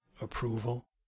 approval